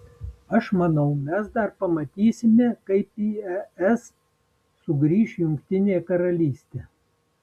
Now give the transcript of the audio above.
aš manau mes dar pamatysime kaip į es sugrįš jungtinė karalystė